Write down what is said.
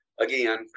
again